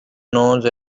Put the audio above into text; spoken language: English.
known